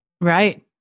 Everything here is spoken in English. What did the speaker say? right